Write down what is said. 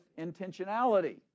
intentionality